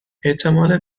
احتمال